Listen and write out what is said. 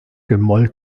werden